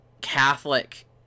Catholic